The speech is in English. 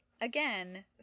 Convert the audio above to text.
Again